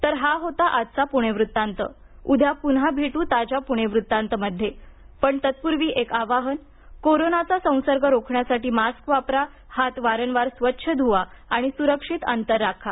तर हा होता आजचा पुणे वृत्तांत उद्या पुन्हा भेटू ताज्या पुणे वृत्तांत मध्ये पण तत्पूर्वी एक आवाहन कोरोनाचा संसर्ग रोखण्यासाठी मास्क वापरा हात वारंवार स्वच्छ धुवा आणि सुरक्षित अंतर राखा